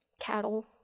cattle